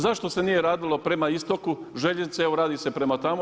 Zašto se nije radilo prema istoku željeznice, evo radi se prema tamo.